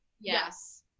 Yes